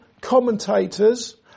commentators